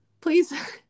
Please